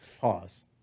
Pause